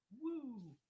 Woo